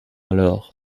alors